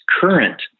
current